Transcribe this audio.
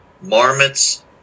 marmots